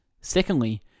Secondly